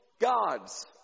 gods